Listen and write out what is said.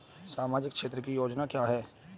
सामाजिक क्षेत्र की योजना क्या है?